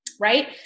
Right